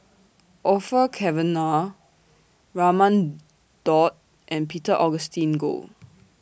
Orfeur Cavenagh Raman Daud and Peter Augustine Goh